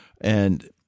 and-